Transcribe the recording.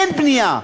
אין בנייה.